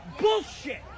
bullshit